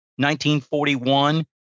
1941